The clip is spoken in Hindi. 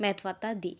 महत्वता दी